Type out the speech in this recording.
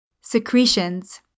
Secretions